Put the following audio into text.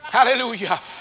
Hallelujah